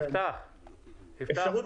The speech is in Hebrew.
אפשרות